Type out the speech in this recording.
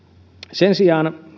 sen sijaan